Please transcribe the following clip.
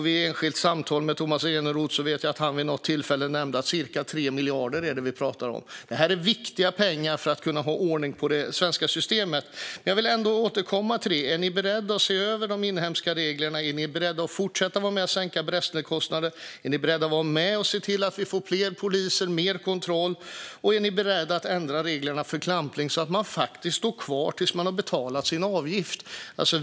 Jag vet att Tomas Eneroth vid något tillfälle, i ett enskilt samtal, nämnde att det gäller cirka 3 miljarder. Det här är viktiga pengar för att kunna ha ordning på det svenska systemet. Jag vill ändå återkomma till detta: Är ni beredda att se över de inhemska reglerna? Är ni beredda att fortsätta vara med och sänka bränslekostnaderna? Är ni beredda att vara med och se till att vi får fler poliser och mer kontroll? Är ni beredda att ändra reglerna för klampning så att man faktiskt står kvar till dess att man har betalat sin avgift?